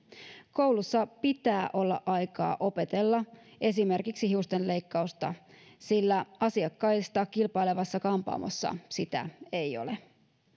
koulussa pitää olla aikaa opetella esimerkiksi hiusten leikkausta sillä asiakkaista kilpailevassa kampaamossa sitä ei ole